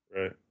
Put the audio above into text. Right